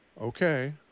Okay